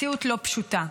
מציאות לא פשוטה.